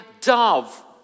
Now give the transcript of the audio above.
dove